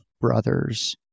brothers